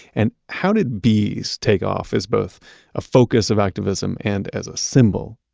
and how did bees take off as both a focus of activism and as a symbol?